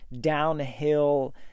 downhill